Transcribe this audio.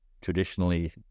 traditionally